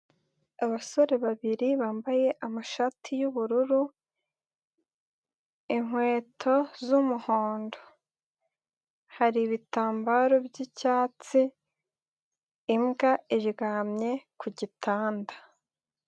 Abasore babiri bambaye amashati y'ubururu, inkweto z'umuhondo, hari ibitambaro by'icyatsi, imbwa iryamye ku gitanda.